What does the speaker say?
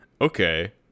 Okay